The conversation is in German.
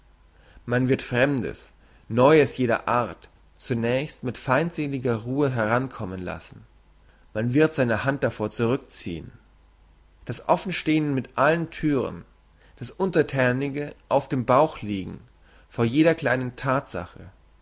man wird fremdes neues jeder art zunächst mit feindseliger ruhe herankommen lassen man wird seine hand davor zurückziehn das offenstehn mit allen thüren das unterthänige auf dem bauch liegen vor jeder kleinen thatsache